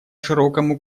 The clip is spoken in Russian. широкому